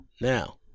now